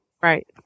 Right